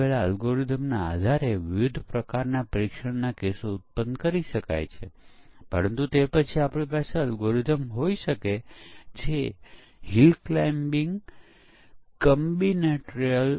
તેથી black box પરીક્ષણમાં શું આપણે બરાબરી પરીક્ષણ બાઉન્ડ્રી વેલ્યુ પરીક્ષણ શરત પરીક્ષણ અને કમ્બીનેટોરિયલ પરીક્ષણ વગેરે કરીએ છીએ